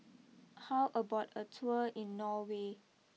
how about a tour in Norway